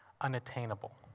unattainable